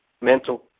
mental